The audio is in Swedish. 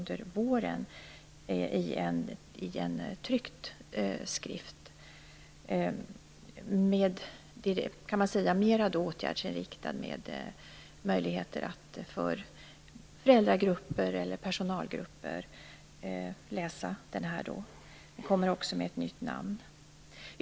Den blir mer åtgärdsinriktad, och det blir möjligt för föräldragrupper och personalgrupper att läsa den. Den kommer också att få ett nytt namn.